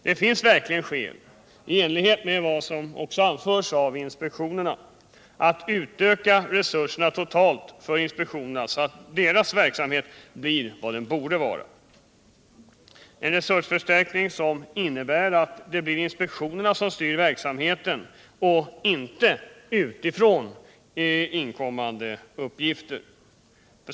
Det finns verkligen skäl — i enlighet med vad som anförs av inspektionerna — att utöka resurserna totalt för inspektionerna så att deras verksamhet blir vad den borde vara, dvs. en resursförstärkning som innebär att det blir inspektionerna som styr verksamheten och inte utifrån inkommande uppgifter.